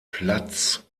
platz